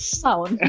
sound